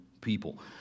people